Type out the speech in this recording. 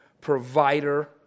provider